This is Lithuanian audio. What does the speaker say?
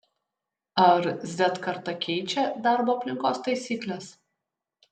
ar z karta keičia darbo aplinkos taisykles